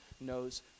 knows